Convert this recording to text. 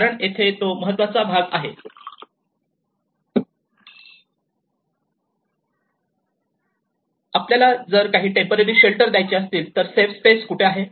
कारण येथे महत्त्वाचा भाग आहे की जर आपल्याला काही टेम्पररी शेल्टर द्यायचे असतील तर सेफ स्पेस कुठे आहे